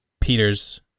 Peter's